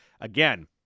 Again